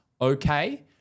okay